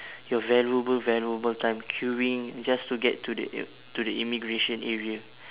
your valuable valuable time queuing just to get to the i~ to the immigration area